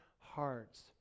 hearts